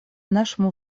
нашему